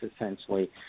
essentially